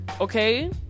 Okay